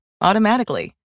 automatically